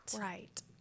Right